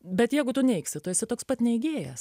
bet jeigu tu neigsi tu esi toks pat neigėjas